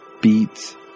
beats